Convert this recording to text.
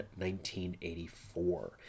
1984